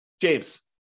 James